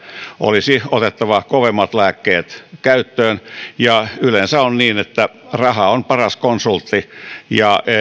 olisi otettava kovemmat lääkkeet käyttöön ja yleensä on niin että raha on paras konsultti